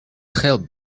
help